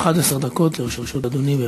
11 דקות לרשות אדוני.